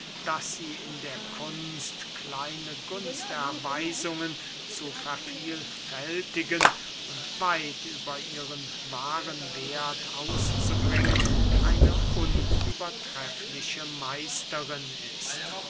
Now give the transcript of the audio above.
daß sie in der kunst kleine gunsterweisungen zu vervielfältigen und weit über ihren wahren werth auszubringen eine unübertreffliche meisterin ist